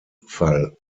fall